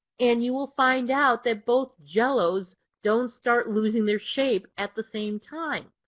and you will find out that both jellos don't start losing their shape at the same time.